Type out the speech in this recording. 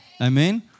Amen